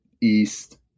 east